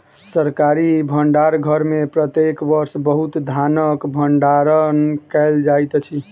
सरकारी भण्डार घर में प्रत्येक वर्ष बहुत धानक भण्डारण कयल जाइत अछि